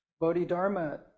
Bodhidharma